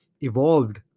evolved